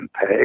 Pay